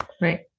right